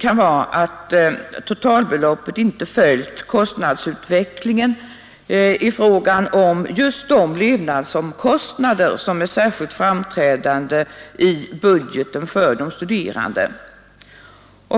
kan vara att totalbeloppet inte följt kostnadsutvecklingen i fråga om de levnadskostnader som är särskilt framträdande i budgeten för de studerande.